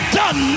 done